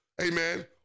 amen